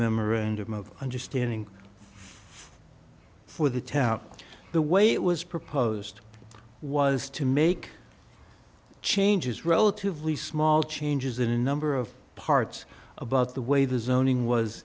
memorandum of understanding for the town the way it was proposed was to make changes relatively small changes in a number of parts about the way the zoning was